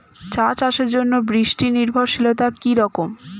চা চাষের জন্য বৃষ্টি নির্ভরশীলতা কী রকম?